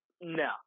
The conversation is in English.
no